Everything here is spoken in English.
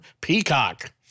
Peacock